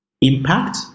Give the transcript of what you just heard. impact